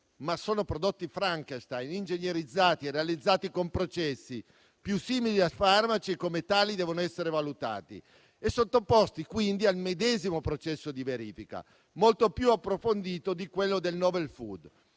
ma sono "prodotti Frankenstein", ingegnerizzati e realizzati con processi più simili a quelli di produzione dei farmaci e come tali devono essere valutati e sottoposti quindi al medesimo processo di verifica, molto più approfondito di quello del *novel food*.